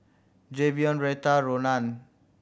Jayvion Retta Ronan